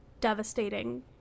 devastating